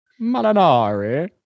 Malinari